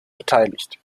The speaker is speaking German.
beteiligt